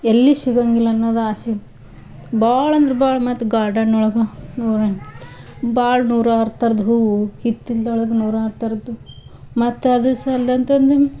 ಎಲ್ಲಿ ಸಿಗೊಂಗಿಲ್ಲ ಅನ್ನೋದು ಆಸೆ ಭಾಳ ಅಂದ್ರೆ ಭಾಳ ಮತ್ತೆ ಗಾರ್ಡನೊಳಗೆ ಭಾಳ ನೂರಾರು ಥರದ ಹೂವು ಹಿತ್ತಲ್ದೊಳಗೆ ನೂರಾರು ಥರದ ಮತ್ತೆ ಅದು ಸಾಲ್ದಂತಂದು